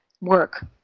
work